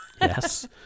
yes